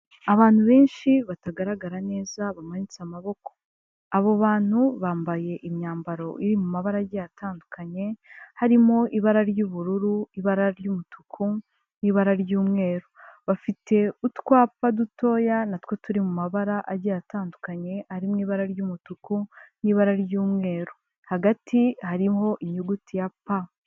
Abantu benshi batagaragara neza bamanitse amaboko abo bantu bambaye imyambaro iri mu mabarage atandukanye harimo ibara ry'ubururu ibara ry'umutuku n'ibara ry'umweru, bafite utwapa dutoya natwo turi mu mabara agiye atandukanye ari mu ibara ry'umutuku n'ibara ry'umweru hagati harimo inyuguti ya P.